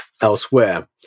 elsewhere